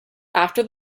after